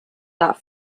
that